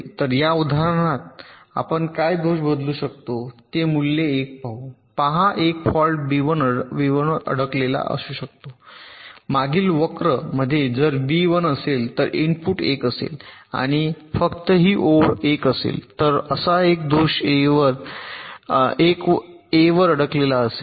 तर या उदाहरणात आपण काय दोष बदलू शकतो ते मूल्ये 1पाहू पहा 1 फॉल्ट बी 1 वर अडकलेला असू शकतो मागील वक्र मध्ये जर बी 1 असेल तर इनपुट 1 असेल आणि फक्त ही ओळ 1 असेल तर असा एक दोष 1 ए वर अडकलेला असेल